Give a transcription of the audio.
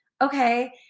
okay